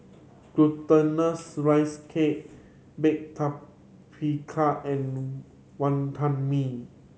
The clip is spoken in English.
Glutinous Rice Cake baked tapioca and Wantan Mee